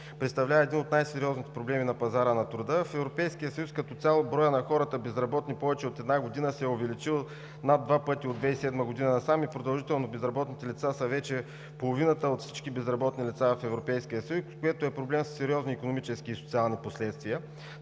представлява един от най-сериозните проблеми на пазара на труда. В Европейския съюз като цяло броят на хората – безработни хора повече от една година, се е увеличил над два пъти от 2007 г. насам и продължително безработните лица са вече половината от всички безработни лица в Европейския съюз, което е проблем със сериозни икономически и социални последствия.